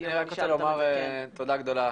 אני רק רוצה לומר תודה גדולה,